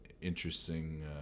interesting